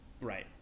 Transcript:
Right